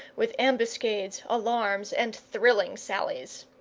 with ambuscades, alarms, and thrilling sallies.